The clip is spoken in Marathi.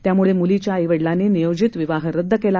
त्यामुळे मुलीच्या आई वडीलांनी नियोजित विवाह रद्द केला